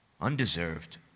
Undeserved